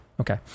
Okay